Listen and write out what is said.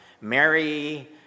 Mary